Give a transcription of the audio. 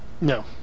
No